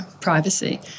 privacy